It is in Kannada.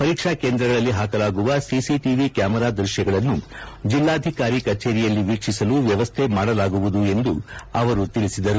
ಪಲೀಕ್ಷಾ ಕೇಂದ್ರಗಳಲ್ಲಿ ಹಾಕಲಾಗುವ ಸಿಸಿಚಿವಿ ಕ್ಯಾಮೆರಾ ದೃಶ್ಯಗಳನ್ನು ಜಲ್ಲಾಧಿಕಾರಿ ಕಚೇಲಿಯಲ್ಲಿ ವೀಕ್ಷಿಸಲು ವವಸ್ಥೆ ಮಾಡಲಾಗುವುದು ಎಂದು ಅವರು ತಿಳಿಸಿದರು